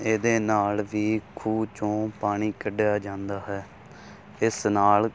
ਇਹਦੇ ਨਾਲ ਵੀ ਖੂਹ 'ਚੋਂ ਪਾਣੀ ਕੱਢਿਆ ਜਾਂਦਾ ਹੈ ਇਸ ਨਾਲ